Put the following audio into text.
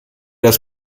das